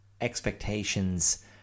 expectations